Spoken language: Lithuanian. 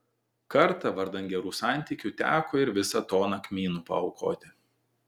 kartą vardan gerų santykių teko ir visą toną kmynų paaukoti